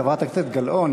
חברת הכנסת גלאון,